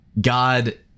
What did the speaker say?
God